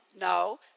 No